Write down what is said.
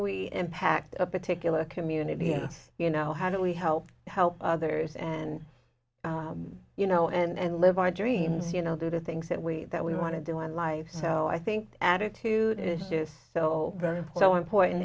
we impact a particular community and you know how do we help help others and you know and live our dreams you know the things that we that we want to do in life so i think attitude is just so so important